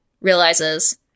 realizes